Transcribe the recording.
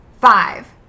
Five